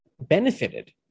benefited